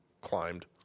climbed